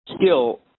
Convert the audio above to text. skill